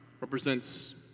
represents